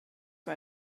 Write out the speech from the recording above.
für